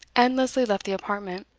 and lesley left the apartment.